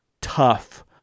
tough